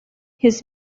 his